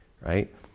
right